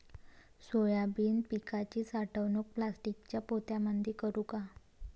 Soybean पिकाची साठवणूक प्लास्टिकच्या पोत्यामंदी करू का?